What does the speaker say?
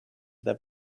that